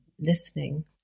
listening